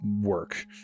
work